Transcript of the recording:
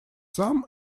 sum